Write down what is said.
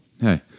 Hey